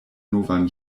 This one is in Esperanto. novan